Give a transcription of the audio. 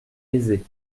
aisés